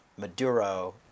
Maduro